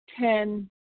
ten